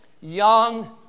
young